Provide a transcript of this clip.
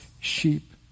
sheep